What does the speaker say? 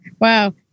Wow